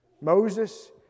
Moses